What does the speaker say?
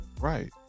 right